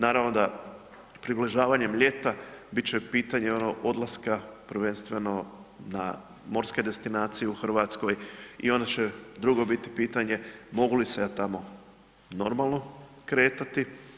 Naravno da približavanjem ljeta, bit će pitanje ono odlaska prvenstveno na morske destinacije u Hrvatskoj i onda će drugo bit pitanje mogu li se ja tamo normalno kretati?